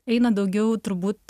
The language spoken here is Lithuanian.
eina daugiau turbūt